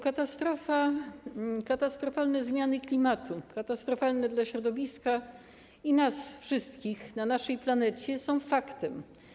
Katastrofalne zmiany klimatu, katastrofalne dla środowiska i nas wszystkich na naszej planecie, są faktem.